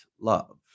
love